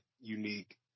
unique